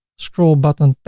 scroll button,